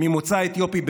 ממוצא אתיופי,